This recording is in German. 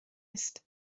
ist